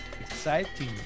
exciting